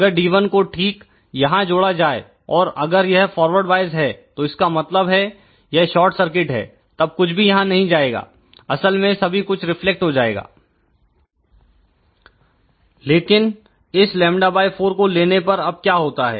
अगर D1 को ठीक यहां जोड़ा जाए और अगर यह फॉरवर्ड वाइस है तो इसका मतलब है यह शार्ट सर्किट है तब कुछ भी यहां नहीं जाएगा असल में सभी कुछ रिफ्लेक्ट हो जाएगा लेकिन इस λ4 को लेने पर अब क्या होता है